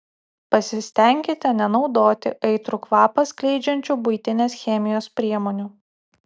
pasistenkite nenaudoti aitrų kvapą skleidžiančių buitinės chemijos priemonių